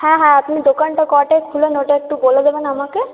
হ্যাঁ হ্যাঁ আপনি দোকানটা কটায় খোলেন ওইটা একটু বলে দেবেন আমাকে